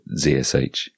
ZSH